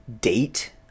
date